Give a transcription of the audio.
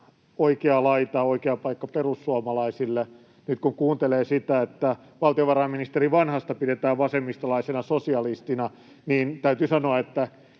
oikea laita oikea paikka perussuomalaisille. Nyt kun kuuntelee sitä, että valtiovarainministeri Vanhasta pidetään vasemmistolaisena sosialistina, niin täytyy sanoa,